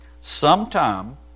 Sometime